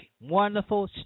wonderful